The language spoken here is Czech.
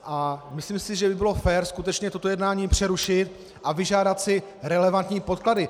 A myslím si, že by bylo fér skutečně toto jednání přerušit a vyžádat si relevantní podklady.